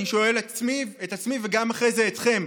אני שואל את עצמי וגם אחרי זה אתכם,